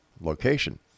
location